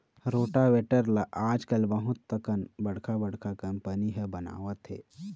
rotavator ल आजकाल बहुत अकन बड़का बड़का कंपनी ह बनावत हे